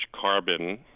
carbon